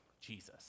Jesus